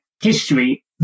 history